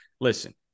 Listen